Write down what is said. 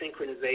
synchronization